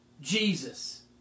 Jesus